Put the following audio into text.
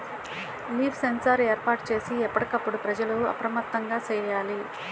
leaf sensor ఏర్పాటు చేసి ఎప్పటికప్పుడు ప్రజలు అప్రమత్తంగా సేయాలి